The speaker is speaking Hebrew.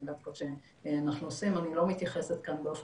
אני לא מתייחסת כאן באופן